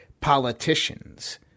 politicians